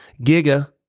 Giga